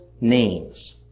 names